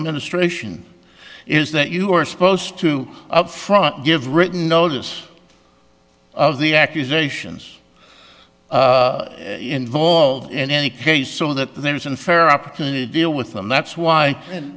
administration is that you are supposed to up front give written notice of the accusations involved in any case so that there is an fair opportunity deal with them that's why